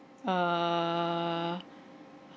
err